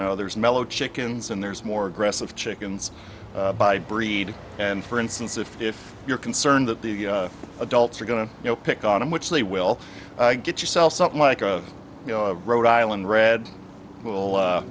know there's mellow chickens and there's more aggressive chickens by breed and for instance if you're concerned that the adults are going to you know pick on him which they will get yourself something like a rhode island red will